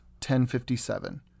1057